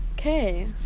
Okay